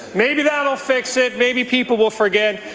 maybe that will fix it. maybe people will forget.